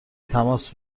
تماس